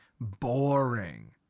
boring